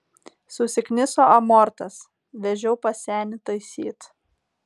susikniso amortas vežiau pas senį taisyt